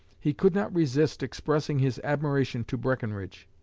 he could not resist expressing his admiration to breckenridge.